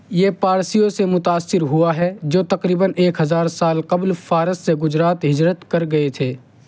یہ پارسیوں سے متاثر ہوا ہے جو تقریباً ایک ہزار سال قبل فارس سے گجرات ہجرت کر گئے تھے